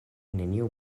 neniu